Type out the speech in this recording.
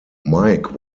mike